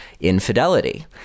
infidelity